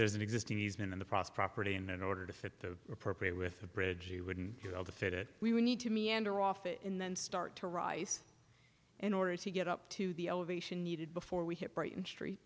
there's an existing he's been in the process property and in order to fit the appropriate with a bridge you wouldn't be able to fit it we would need to meander off it in then start to rise in order to get up to the elevation needed before we hit brighton street